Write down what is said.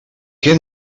què